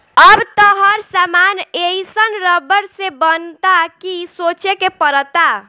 अब त हर सामान एइसन रबड़ से बनता कि सोचे के पड़ता